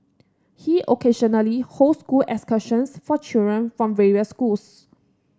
he occasionally hosts school excursions for children from various schools